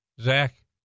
Zach